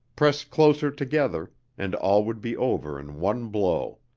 press closer together and all would be over in one blow.